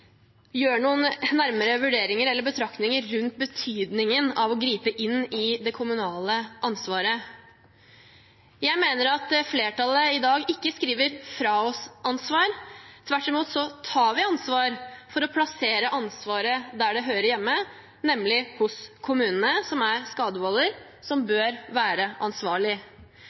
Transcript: gjør noen nærmere vurderinger eller betraktninger rundt betydningen av å gripe inn i det kommunale ansvaret. Jeg mener at flertallet i dag ikke skriver fra seg ansvar, tvert imot tar vi ansvar for å plassere ansvaret der det hører hjemme, nemlig hos kommunene, som er skadevolder, som bør være ansvarlig.